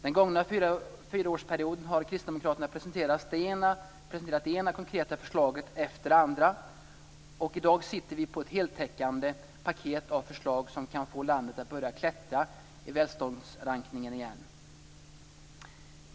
Den gångna fyraårsperioden har kristdemokraterna presenterat det ena konkreta förslaget efter det andra, och i dag sitter vi på ett heltäckande paket av förslag som kan få landet att börja klättra i välståndsrankningen igen.